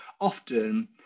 often